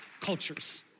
cultures